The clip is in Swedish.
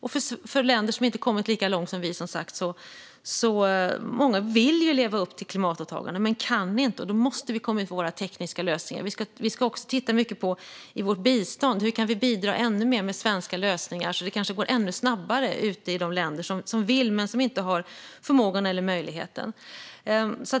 Av de länder som inte har kommit lika långt som vi vill många leva upp till klimatåtagandena men kan inte det, och då måste vi komma ut med våra tekniska lösningar. Vi ska också titta på hur vi i vårt bistånd kan bidra ännu mer med svenska lösningar så att det går ännu snabbare i de länder som vill men kanske inte har förmågan eller möjligheten.